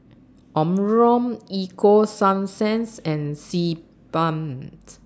Omron Ego Sunsense and Sebamed